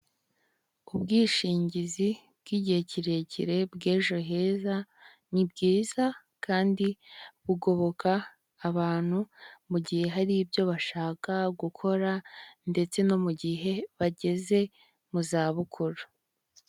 Ubwishingizi bw'igihe kirekire bw'ejo heza ni bwiza kandi bugoboka abantu, mu gihe hari ibyo bashaka gukora ndetse no mu gihe bageze mu zabukuru.